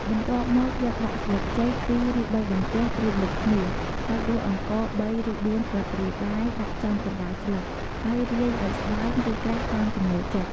បន្ទាប់់មកយកដាក់ស្លឹកចេក២ ឬ៣បន្ទះត្រួតលើគ្នា ហើយដួសអង្ករ ៣ឬ៤ស្លាបព្រាបាយដាក់ចំកណ្ដាលស្លឹក ហើយរាយឱ្យស្ដើង ឬក្រាស់តាមចំណូលចិត្ត។